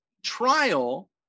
trial